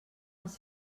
els